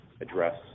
address